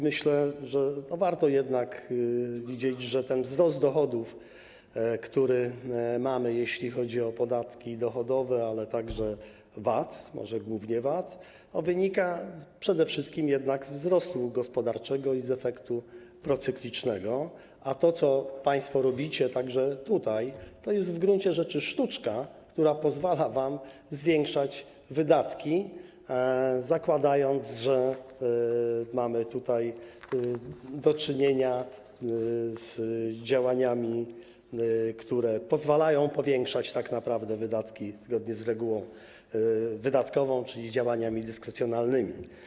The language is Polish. Myślę, że warto widzieć, że ten wzrost dochodów, który mamy, jeśli chodzi o podatki dochodowe, ale także VAT, może głównie VAT, wynika przede wszystkim jednak ze wzrostu gospodarczego i z efektu procyklicznego, a to, co państwo robicie także tutaj, to jest w gruncie rzeczy sztuczka, która pozwala wam zwiększać wydatki, zakładając, że mamy tutaj do czynienia z działaniami, które pozwalają powiększać tak naprawdę wydatki zgodnie z regułą wydatkową, czyli z działaniami dyskrecjonalnymi.